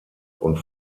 und